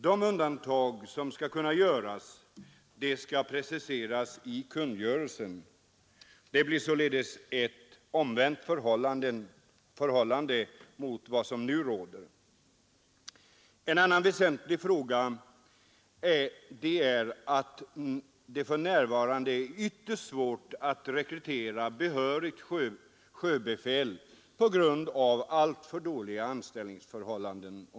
De undantag som kan tänkas förekomma skall i kungörelse preciseras. Det blir således ett omvänt förhållande mot vad som nu råder. En annan väsentlig fråga är att det för närvarande är ytterst svårt att rekrytera behörigt sjöbefäl på grund av alltför dåliga anställningsförhållanden.